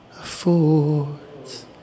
affords